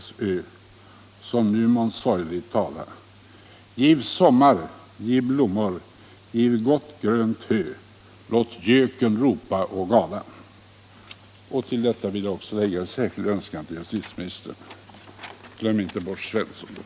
som nu månn sorgeligt tala! Till detta vill jag lägga en särskild önskan till justitieministern: Glöm inte bort Svensson!